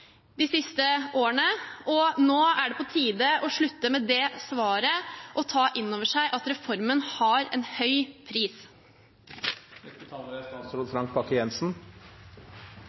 de siste årene, og nå er det på tide å slutte med det svaret og ta inn over seg at reformen har en høy pris. Jeg setter veldig stor pris på at det er